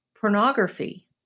pornography